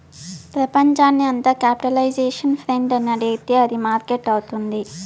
ప్రపంచాన్ని అంత capitalization friend అని అడిగితే అది మార్కెట్ అవుతుంది